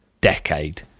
decade